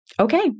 okay